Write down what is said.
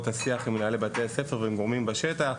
השיח עם מנהלי בתי הספר ועם גורמים בשטח.